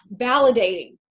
validating